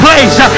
Place